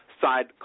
side